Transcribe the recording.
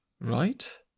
right